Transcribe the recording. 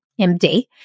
MD